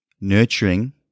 nurturing